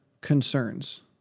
concerns